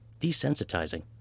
desensitizing